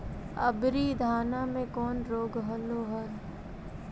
अबरि धाना मे कौन रोग हलो हल?